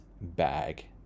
bag